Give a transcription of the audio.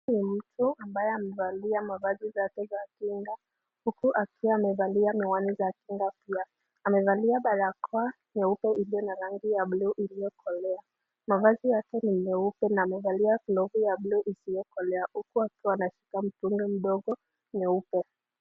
Huyu ni mtu ambaye amevalia mavazi zake za kinga uku akiwa amevalia miwani za kinga pia. Amevalia barakoa nyeupe ikiwa na rangi ya buluu iliokolea. Mavazi yake ni nyeupe na amevalia glovu ya buluu isiokolea uku akiwa anashika mtungi mdogo nyeupe.